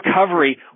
recovery